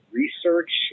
research